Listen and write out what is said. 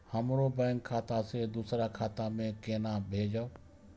हमरो बैंक खाता से दुसरा खाता में केना भेजम?